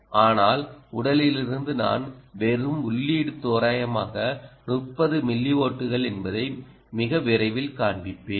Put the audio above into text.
ஆனால் உடலில் இருந்து நான் பெறும் உள்ளீடு தோராயமாக 30 மில்லிவோல்ட்கள் என்பதை மிக விரைவில் காண்பிப்பேன்